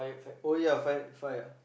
oh ya five five ah